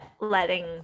letting